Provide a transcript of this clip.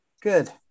Good